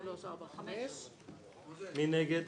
5 נגד,